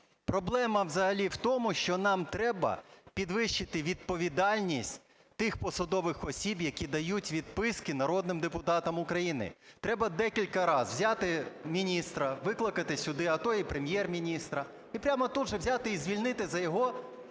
Проблема взагалі в тому, що нам треба підвищити відповідальність тих посадових осіб, які дають відписки народним депутатам України. Треба декілька разів взяти міністра, викликати сюди, а то і Прем'єр-міністра, і прямо тут же взяти і звільнити за його